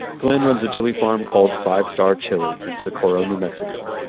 glen runs a chili farm called five star chile in socorro, new mexico,